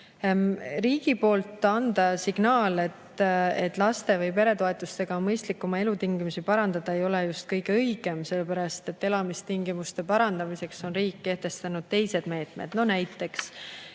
Riigi poolt anda signaal, et laste- või peretoetustega on mõistlik oma elutingimusi parandada, ei ole just kõige õigem, sellepärast et elamistingimuste parandamiseks on riik kehtestanud teised meetmed.